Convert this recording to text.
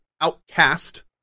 outcast